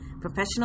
professional